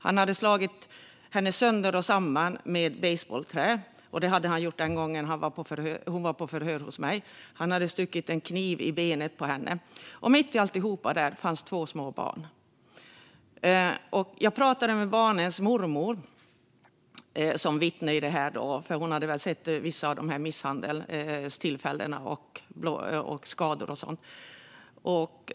Han hade slagit henne sönder och samman med ett basebollträ - det hade han gjort den gången hon var på förhör hos mig - och han hade stuckit en kniv i benet på henne. Mitt i alltihop fanns det två små barn. Jag pratade med barnens mormor som vittne. Hon hade nämligen sett vissa av misshandelstillfällena, en del skador och så vidare.